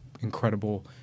incredible